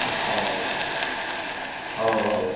अह' औ औ